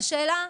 והשאלה: